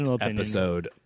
episode